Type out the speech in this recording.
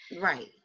Right